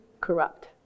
corrupt